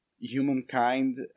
humankind